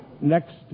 next